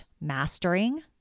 mastering